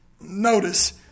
Notice